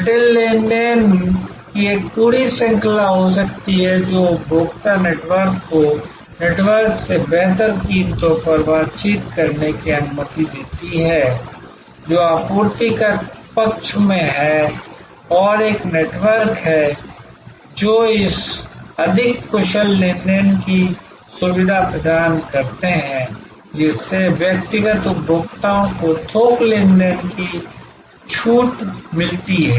जटिल लेनदेन की एक पूरी श्रृंखला हो सकती है जो उपभोक्ता नेटवर्क को नेटवर्क से बेहतर कीमतों पर बातचीत करने की अनुमति देती है जो आपूर्ति पक्ष में है और ऐसे नेटवर्क हैं जो इस अधिक कुशल लेनदेन की सुविधा प्रदान करते हैं जिससे व्यक्तिगत उपभोक्ताओं को थोक लेनदेन की छूट मिलती है